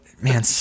man